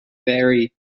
very